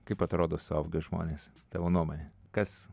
kaip atrodo suaugę žmonės tavo nuomone kas